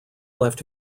left